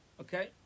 Okay